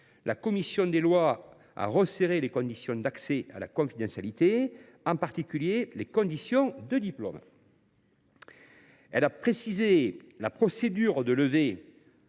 la commission des lois a resserré les conditions d’accès à la confidentialité, en particulier les conditions de diplôme, tout en précisant la procédure de levée